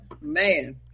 man